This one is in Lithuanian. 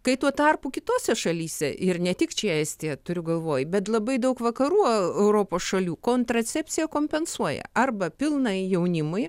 kai tuo tarpu kitose šalyse ir ne tik čia estiją turiu galvoj bet labai daug vakarų europos šalių kontracepciją kompensuoja arba pilnai jaunimui